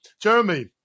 Jeremy